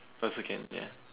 also can ya